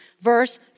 Verse